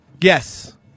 Yes